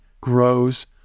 grows